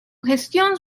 gestión